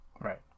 Right